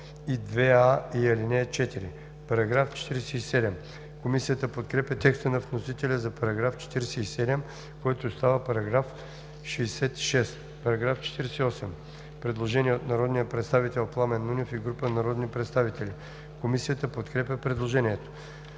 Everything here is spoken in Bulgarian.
214, ал. 1, т. 1 и ал. 4“.“ Комисията подкрепя текста на вносителя за § 47, който става § 66. По § 48 има предложение от народния представител Пламен Нунев и група народни представители. Комисията подкрепя предложението.